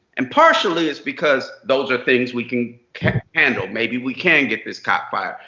and partially, it's because those are things we can can handle. maybe we can get this cop fired.